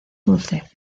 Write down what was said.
dulce